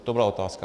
To byla otázka.